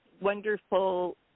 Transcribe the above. wonderful